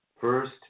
first